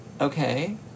Okay